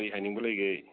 ꯀꯔꯤ ꯍꯥꯏꯅꯤꯡꯕ ꯂꯩꯒꯦ